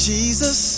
Jesus